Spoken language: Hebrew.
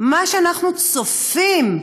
מה שאנחנו צופים בו,